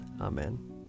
Amen